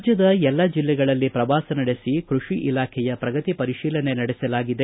ರಾಜ್ಯದ ಎಲ್ಲ ಜಿಲ್ಲೆಗಳಲ್ಲಿ ಪ್ರವಾಸ ನಡೆಸಿ ಕೃಷಿ ಇಲಾಖೆಯ ಪ್ರಗತಿ ಪರಿಶೀಲನೆ ನಡೆಸಲಾಗಿದೆ